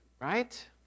right